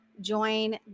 join